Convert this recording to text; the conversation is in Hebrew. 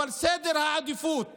אבל סדר העדיפויות